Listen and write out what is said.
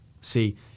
See